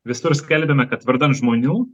visur skelbiame kad vardan žmonių